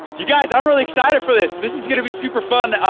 you guys, i'm really excited for this. this is gonna be super fun.